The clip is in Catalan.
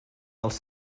els